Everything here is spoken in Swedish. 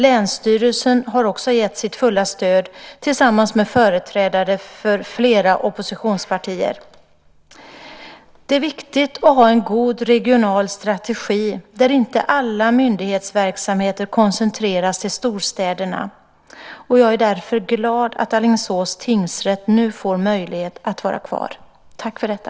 Länsstyrelsen har också gett sitt fulla stöd tillsammans med företrädare för flera oppositionspartier. Det är viktigt att ha en god regional strategi där inte alla myndighetsverksamheter koncentreras till storstäderna. Jag är därför glad att Alingsås tingsrätt nu får möjlighet att vara kvar. Tack för detta.